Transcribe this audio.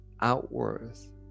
outwards